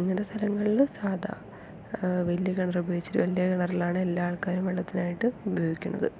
ഇങ്ങനത്തെ സ്ഥലങ്ങളിൽ സാധാ വല്യ കിണർ ഉപയോഗിച്ചിട്ട് വല്യ കിണറിലാണ് എല്ലാ ആൾക്കാരും വെള്ളത്തിനായിട്ട് ഉപയോഗിക്കണത്